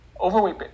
overweight